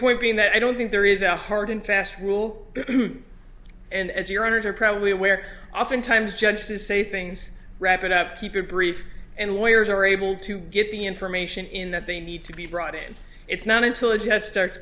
point being that i don't think there is a hard and fast rule and as your owners are probably aware oftentimes judge does say things wrap it up keep it brief and lawyers are able to get the information in that they need to be brought in and it's not until a judge starts